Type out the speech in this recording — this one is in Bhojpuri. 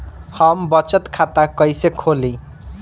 हम बचत खाता कईसे खोली?